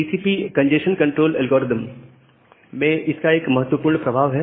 TCP congestion control algorithm में इसका एक महत्वपूर्ण प्रभाव है